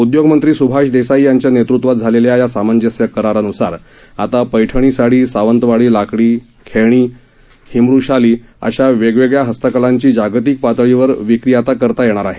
उद्योगमंत्री सुभाष देसाई यांच्या नेतृत्वात झालेल्या या सामंजस्य करारानुसार आता पैठणी साडी सावंतवाडी लाकडी खेळणी हिमरु शाली अशा वेगवेगळ्या हस्तकलांचं जागतिक पातळीवर विक्री करता येतील